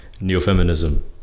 neo-feminism